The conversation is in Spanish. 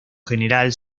general